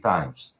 Times